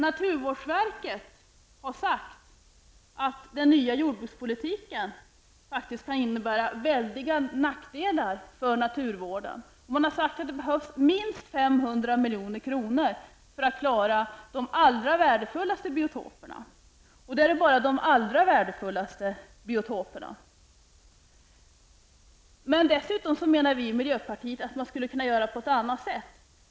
Naturvårdsverket har sagt att den nya jordbrukspolitiken kan innebära stora nackdelar för naturvården. Man har sagt att det behövs minst 500 milj.kr. för att klara de allra värdefullaste biotoperna. Vi i miljöpartiet menar dessutom att detta skulle kunna göras på ett annat sätt.